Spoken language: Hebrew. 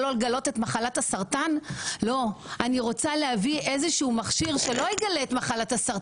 אני לא בטוחה שהיינו מצליחים לאייש דווקא במקומות האלה.